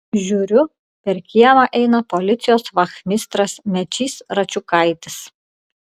žiūriu per kiemą eina policijos vachmistras mečys račiukaitis